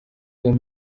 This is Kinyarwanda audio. iyo